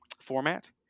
format